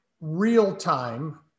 real-time